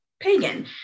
pagan